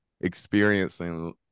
experiencing